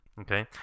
okay